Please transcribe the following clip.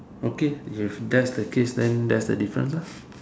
okay if that's the case then that's the difference lah